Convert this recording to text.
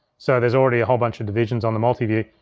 so there's already a whole bunch of divisions on the multiview.